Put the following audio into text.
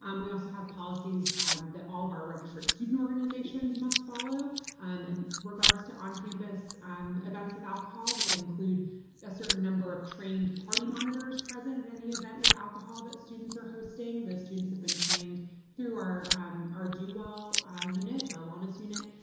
um we also have policies that all of our registered student organizations must follow in um and regards to on-campus um events with alcohol that include a certain number of trained party monitors present at any event with alcohol that students are hosting. those students have been trained through our our duwell unit, our wellness unit,